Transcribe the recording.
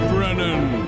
Brennan